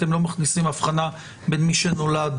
אתם לא מכניסים הבחנה בין מי שנולד